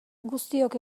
guztiok